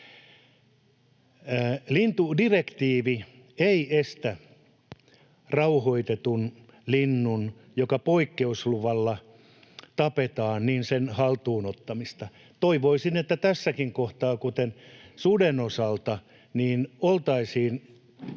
Lintudirektiivi ei estä rauhoitetun linnun, joka poikkeusluvalla tapetaan, haltuun ottamista. Toivoisin, että tässäkin kohtaa, kuten suden osalta, oltaisiin